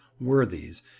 worthies